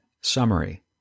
Summary